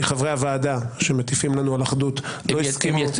המשפחות הללו יקבלו תקציב מלא מהרשות על הדבר הנעלה שהם עשו מבחינתם.